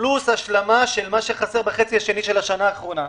ועוד השלמה של מה שחסר בחצי השני של השנה האחרונה,